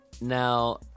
Now